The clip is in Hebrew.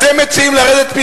אתם מציעים לרדת,